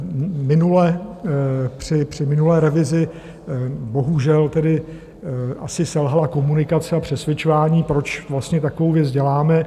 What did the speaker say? Minule, při minulé revizi, bohužel tedy asi selhala komunikace a přesvědčování, proč vlastně takovou věc děláme.